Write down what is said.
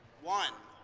one,